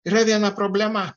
yra viena problema